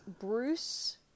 Bruce